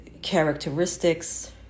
characteristics